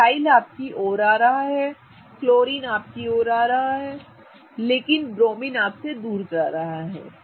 methyl आपकी ओर आ रहा है क्लोरीन आपकी ओर आ रहा है लेकिन ब्रोमिन आपसे दूर जा रहा है